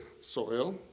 soil